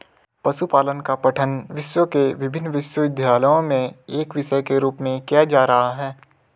पशुपालन का पठन विश्व के विभिन्न विश्वविद्यालयों में एक विषय के रूप में किया जा रहा है